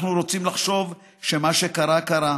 אנחנו רוצים לחשוב שמה שקרה, קרה,